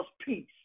peace